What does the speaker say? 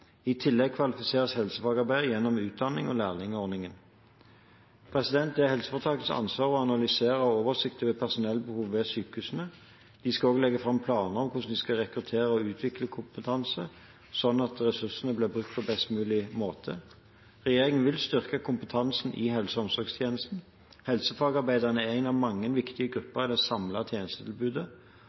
I tillegg kvalifiseres helsefagarbeidere gjennom utdanning og lærlingordningen. Det er helseforetakenes ansvar å analysere og ha oversikt over personellbehovet ved sykehusene. De skal også legge fram planer for hvordan de kan rekruttere og utvikle kompetanse, slik at ressursene blir brukt på best mulig måte. Regjeringen vil styrke kompetansen i helse- og omsorgstjenesten. Helsefagarbeidere er én av mange viktige grupper i det samlede tjenestetilbudet.